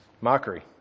mockery